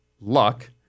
luck